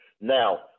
Now